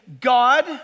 God